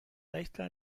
leichter